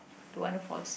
don't want to fall sick